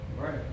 right